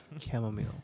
chamomile